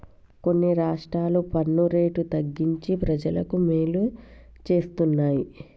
కొన్ని రాష్ట్రాలు పన్ను రేటు తగ్గించి ప్రజలకు మేలు చేస్తున్నాయి